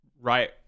right